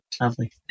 lovely